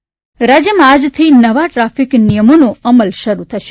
traffic નિયમો રાજ્યમાં આજથી નવા ટ્રાફીક નિયમોનો અમલ શરૂ થશે